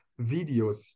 videos